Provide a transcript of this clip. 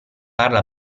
parla